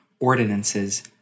ordinances